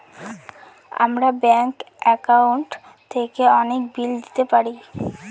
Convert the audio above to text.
আমরা bank account থেকে অনেক বিল দিতে পারি